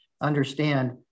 understand